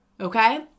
Okay